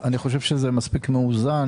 אני חושב שזה מספיק מאוזן.